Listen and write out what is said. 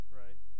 right